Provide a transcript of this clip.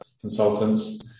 consultants